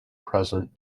present